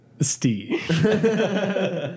Steve